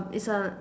is a